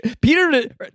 Peter